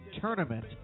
Tournament